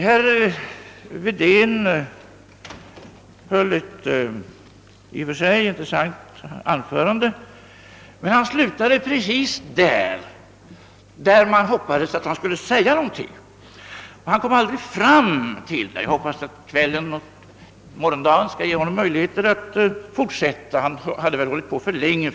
Herr Wedén höll ett i och för sig intressant anförande, men han slutade precis där man hoppades att han verkligen skulle säga någonting. Herr Wedén kom aldrig fram till väsentligheterna. Han hade väl hållit på för länge. Jag hoppas att han under kvällen och morgondagen skall få möjligheter att fortsätta.